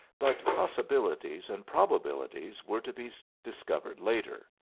but possibilities and probabilities were to be discovered later.